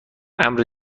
امر